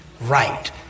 right